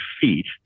feet